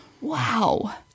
Wow